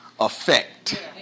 Effect